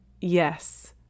yes